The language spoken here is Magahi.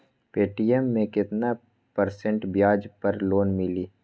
पे.टी.एम मे केतना परसेंट ब्याज पर लोन मिली?